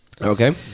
Okay